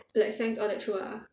like science all that throw ah